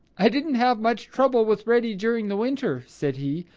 i didn't have much trouble with reddy during the winter, said he,